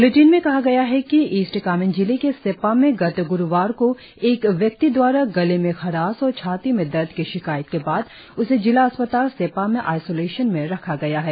bulletin में कहा गया है कि ईस्ट कामेंग जिले के सेप्पा में गत ग्रुवार को एक व्यक्ति द्वारा गले में खराश और छाती में दर्द की शिकायत के बाद उसे जिला अस्पताल सेप्पा में आइसोलेशन में रखा गया है